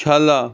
ਛਾਲਾ